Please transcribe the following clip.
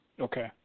Okay